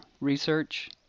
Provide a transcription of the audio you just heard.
research